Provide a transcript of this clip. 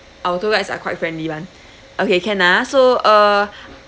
our tour guides are quite friendly [one] okay can ah so uh